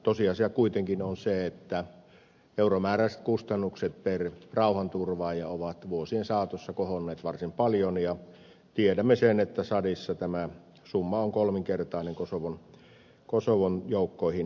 tosiasia on kuitenkin se että euromääräiset kustannukset per rauhanturvaaja ovat vuosien saatossa kohonneet varsin paljon ja tiedämme sen että tsadissa tämä summa on kolminkertainen kosovon joukkoihin nähden